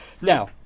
Now